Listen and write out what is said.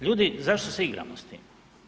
Ljudi zašto se igramo s tim?